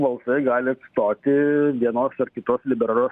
balsai gali atstoti vienos ar kitos liberalios